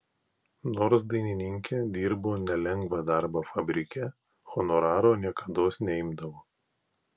nors dainininkė dirbo nelengvą darbą fabrike honoraro niekados neimdavo